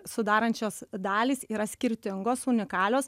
sudarančios dalys yra skirtingos unikalios